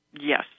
Yes